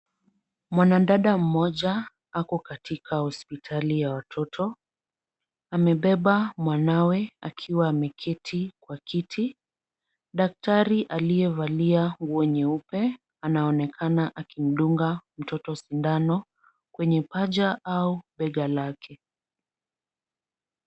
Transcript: Mwanadada mmoja ako katika hospitali ya watoto, amebeba mwanawe akiwa ameketi kwa kiti. Daktari aliyevalia nguo nyeupe anaonekana akimdunga mtoto sindano kwenye paja au bega lake.